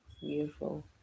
beautiful